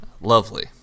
Lovely